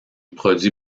produit